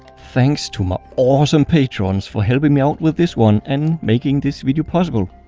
thanks to my awesome patrons for helping me out with this one and making this video possible.